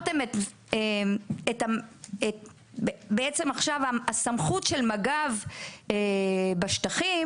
בעצם עכשיו הסמכות של מג"ב בשטחים